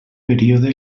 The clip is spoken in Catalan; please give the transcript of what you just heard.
període